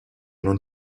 non